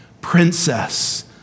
princess